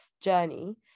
journey